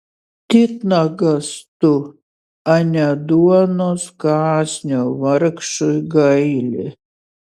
titnagas tu ane duonos kąsnio vargšui gaili